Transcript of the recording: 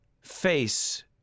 face